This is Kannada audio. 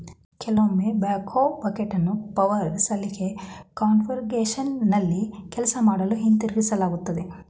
ಕೆಲವೊಮ್ಮೆ ಬ್ಯಾಕ್ಹೋ ಬಕೆಟನ್ನು ಪವರ್ ಸಲಿಕೆ ಕಾನ್ಫಿಗರೇಶನ್ನಲ್ಲಿ ಕೆಲಸ ಮಾಡಲು ಹಿಂತಿರುಗಿಸಲಾಗ್ತದೆ